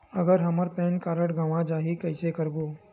अगर हमर PAN card गवां जाही कइसे करबो?